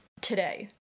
today